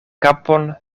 kapon